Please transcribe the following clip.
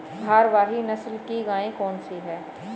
भारवाही नस्ल की गायें कौन सी हैं?